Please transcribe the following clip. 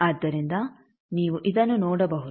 ಆದ್ದರಿಂದ ನೀವು ಇದನ್ನು ನೋಡಬಹುದು